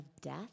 death